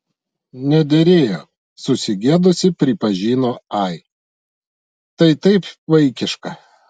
nederėjo susigėdusi pripažino ai tai taip vaikiška